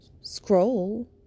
scroll